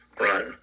Right